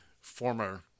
former